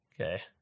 Okay